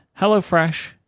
HelloFresh